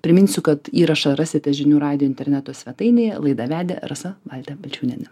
priminsiu kad įrašą rasite žinių radijo interneto svetainėje laidą vedė rasa baltė balčiūnienė